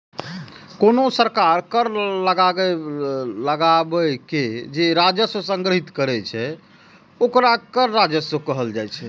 कोनो सरकार कर लगाके जे राजस्व संग्रहीत करै छै, ओकरा कर राजस्व कहल जाइ छै